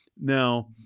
Now